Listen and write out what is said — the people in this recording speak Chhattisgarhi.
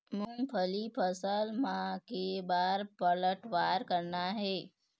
मूंगफली फसल म के बार पलटवार करना हे?